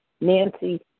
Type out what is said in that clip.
Nancy